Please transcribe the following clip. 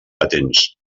patents